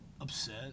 upset